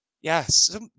yes